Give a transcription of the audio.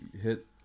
hit